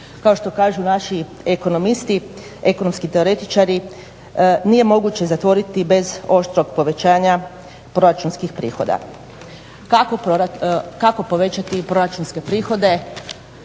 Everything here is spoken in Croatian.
kao što kažu naši ekonomisti, ekonomski teoretičari nije moguće zatvoriti bez oštrog povećanja proračunskih prihoda. Kako povećati proračunske prihode